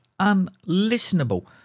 unlistenable